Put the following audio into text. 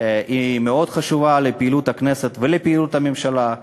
היא מאוד חשובה לפעילות הכנסת ולפעילות הממשלה.